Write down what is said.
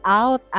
out